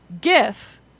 Gif